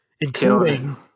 including